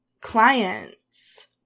clients